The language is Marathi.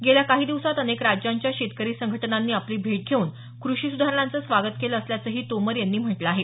गेल्या काही दिवसांत अनेक राज्यांच्या शेतकरी संघटनांनी आपली भेट घेऊन कृषी सुधारणांचं स्वागत केलं असल्याचंही तोमर यांनी म्हटलं आहे